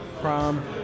Prom